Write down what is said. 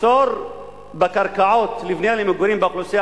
מחסור בקרקעות לבנייה למגורים באוכלוסייה